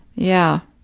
yeah.